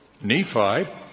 Nephi